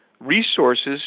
resources